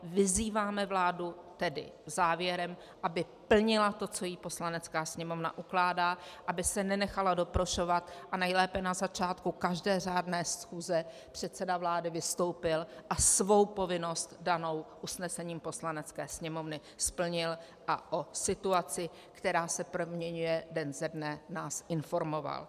Vyzýváme vládu, tedy závěrem, aby plnila to, co jí Poslanecká sněmovna ukládá, aby se nenechala doprošovat a nejlépe na začátku každé řádné schůze předseda vlády vystoupil a svou povinnost danou usnesením Poslanecké sněmovny splnil a o situaci, která se proměňuje den ze dne, nás informoval.